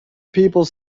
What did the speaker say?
people